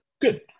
good